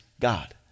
God